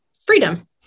freedom